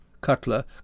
Cutler